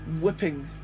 whipping